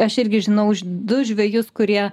aš irgi žinau už du žvejus kurie